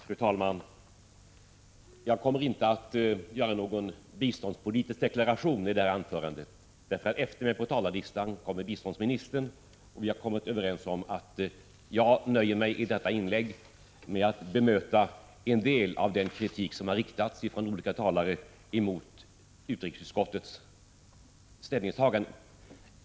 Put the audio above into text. Fru talman! Jag kommer i detta anförande inte att göra någon biståndspolitisk deklaration. Efter mig på talarlistan kommer nämligen biståndsministern, och vi har kommit överens om att jag i detta inlägg skall nöja mig med att bemöta en del av den kritik som från olika talare har riktats mot utrikesutskottets majoritets ställningstaganden.